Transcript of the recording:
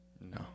No